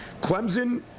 Clemson –